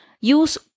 use